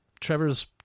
Trevor's